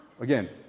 Again